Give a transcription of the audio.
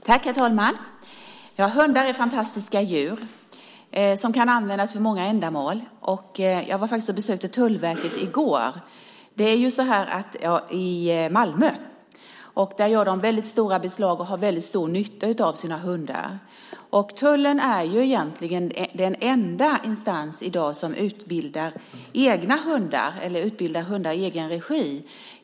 Herr talman! Ja, hundar är fantastiska djur som kan användas för många ändamål. Jag var faktiskt och besökte Tullverket i går, i Malmö. Där gör de väldligt stora beslag och har väldigt stor nytta av sina hundar. Tullen är egentligen den enda instans i dag som utbildar hundar i egen regi.